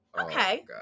okay